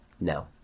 no